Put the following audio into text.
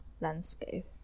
landscape